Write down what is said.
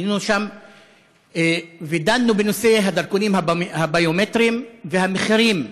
היינו שם ודנו בנושא הדרכונים הביומטריים והמחירים.